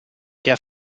der